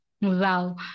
Wow